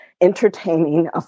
entertaining